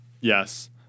Yes